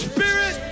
Spirit